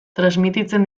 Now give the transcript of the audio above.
transmititzen